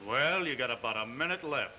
well you've got about a minute left